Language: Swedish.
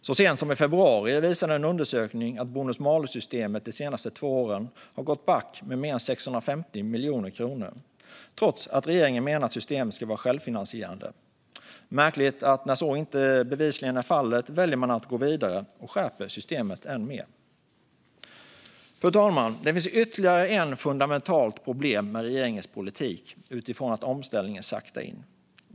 Så sent som i början av februari visade en undersökning att bonus-malus-systemet under de senaste två åren har gått back med mer än 650 miljoner kronor trots att regeringen har menat att systemet ska vara självfinansierande. När så bevisligen inte är fallet väljer man, märkligt nog, att gå vidare och skärpa systemet än mer. Fru talman! Det finns ytterligare ett fundamentalt problem med regeringens politik mot bakgrund av att omställningen saktar in.